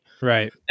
Right